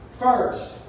First